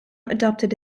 adopted